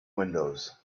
windows